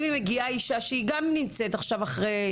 אם מגיעה אישה שהיא גם נמצאת עכשיו אחרי,